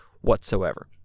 whatsoever